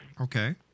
Okay